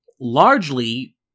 largely